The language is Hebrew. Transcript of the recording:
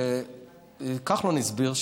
כחלון הסביר,